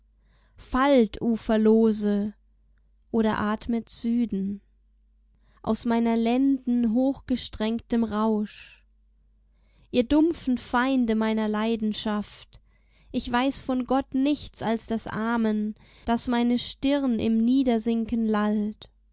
oder atmet süden aus meiner lenden hochgestrengtem rausch ihr dumpfen feinde meiner leidenschaft ich weiß von gott nichts als das amen das meine stirn im